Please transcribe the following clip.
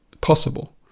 possible